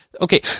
Okay